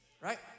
Right